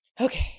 Okay